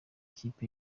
ikipe